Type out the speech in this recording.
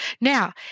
Now